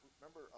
remember